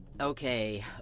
okay